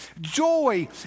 Joy